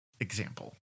example